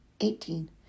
eighteen